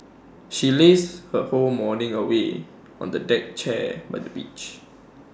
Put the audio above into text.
she lazed her whole morning away on the deck chair by the beach